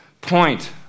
point